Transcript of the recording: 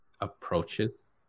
approaches